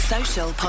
Social